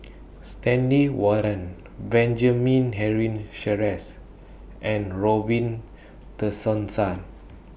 Stanley Warren Benjamin Henry Sheares and Robin Tessensohn